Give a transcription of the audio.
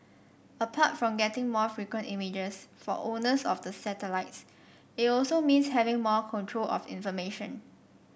apart from getting more frequent images for owners of the satellites it also means having more control of information